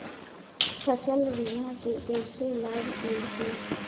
फसल बीमा के कइसे लाभ मिलही?